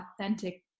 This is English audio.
authentic